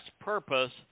purpose